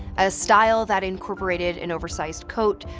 a style that incorporated an oversized coat,